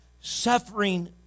suffering